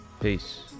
Peace